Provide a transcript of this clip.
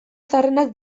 zaharrenak